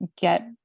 get